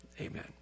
Amen